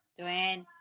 Dwayne